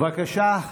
בבקשה.